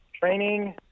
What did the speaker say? Training